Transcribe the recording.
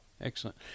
excellent